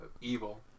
Evil